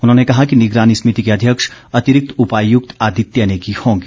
उन्होंने कहा कि निगरानी समिति के अध्यक्ष अतिरिक्त उपायुक्त अदित्य नेगी होंगे